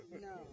No